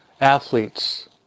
athletes